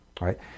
right